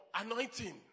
anointing